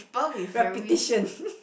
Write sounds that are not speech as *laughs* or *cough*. repetition *laughs*